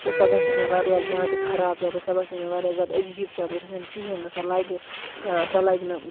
تہٕ سۄ باسے مےٚ واریاہ زیادٕ خراب چَپٕلۍ سۄ باسے مےٚ واریاہ زیادٕ عجیٖب چَپٕلۍ سۄ چھَنہٕ کِہیٖنۍ نہٕ سۄ لَگہِ سۄ لَگہِ نہٕ